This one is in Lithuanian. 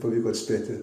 pavyko atspėti